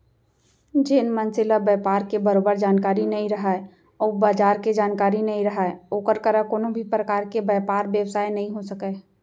जेन मनसे ल बयपार के बरोबर जानकारी नइ रहय अउ बजार के जानकारी नइ रहय ओकर करा कोनों भी परकार के बयपार बेवसाय नइ हो सकय